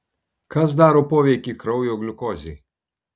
kas daro poveikį kraujo gliukozei